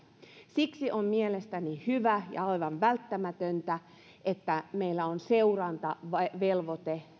siksi on mielestäni hyvä ja aivan välttämätöntä että meillä on seurantavelvoite